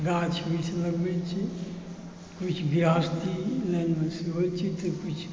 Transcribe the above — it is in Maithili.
गाछ वृक्ष लगबै छी